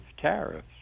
tariffs